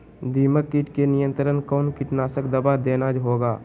दीमक किट के नियंत्रण कौन कीटनाशक दवा देना होगा?